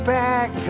back